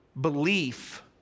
belief